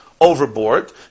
overboard